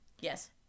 Yes